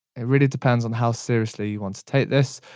it really depends on how seriously you want to take this.